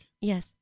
Yes